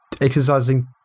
exercising